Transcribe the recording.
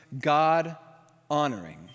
God-honoring